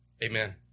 Amen